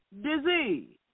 disease